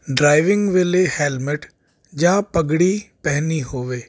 driving ਵੇਲੇ helmet ਜਾਂ ਪਗੜੀ ਪਹਿਨੀ ਹੋਵੇ